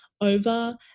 over